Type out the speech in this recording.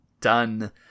done